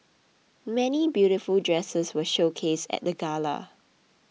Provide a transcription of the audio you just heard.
many beautiful dresses were showcased at the gala